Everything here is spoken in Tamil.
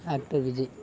ஆக்டர் விஜய்